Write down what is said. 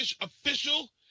official